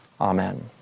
Amen